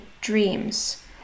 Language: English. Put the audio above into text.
dreams